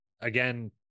again